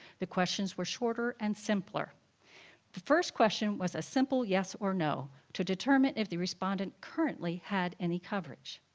the questions were shorter and simpler. the first question was a simple yes or no to determine if the respondent currently had any coverage.